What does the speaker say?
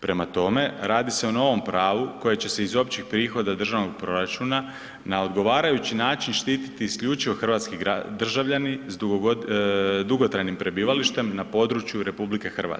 Prema tome, radi se o novom pravu koje će se iz općih prihoda državnog proračuna na odgovarajući način štititi isključivo hrvatski državljani s dugotrajnim prebivalištem na području RH.